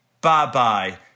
bye-bye